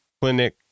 clinic